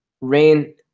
rain